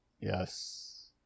yes